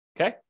Okay